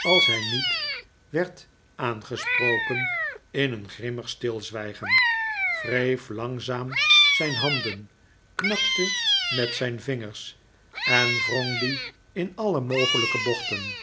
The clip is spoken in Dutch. als hij niet werd aangesproken in een grimmig stilzwijgen wreef langzaam zijn handen knakte met zijn vingers en wrong die in alle mogelijke bochten